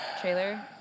trailer